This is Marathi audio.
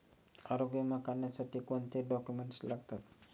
आरोग्य विमा काढण्यासाठी कोणते डॉक्युमेंट्स लागतात?